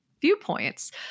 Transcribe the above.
viewpoints